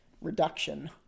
reduction